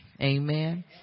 amen